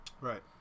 Right